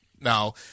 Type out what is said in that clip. Now